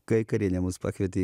kaikarienė mus pakvietė